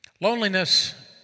Loneliness